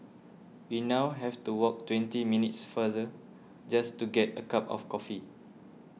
we now have to walk twenty minutes farther just to get a cup of coffee